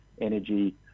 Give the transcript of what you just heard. energy